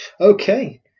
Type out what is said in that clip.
okay